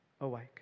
awake